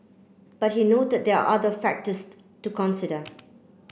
but he noted there are other factors to consider